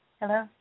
Hello